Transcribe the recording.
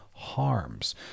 Harms